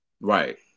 Right